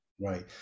Right